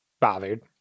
bothered